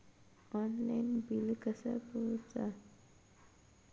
Online bill कसा करुचा?